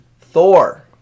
Thor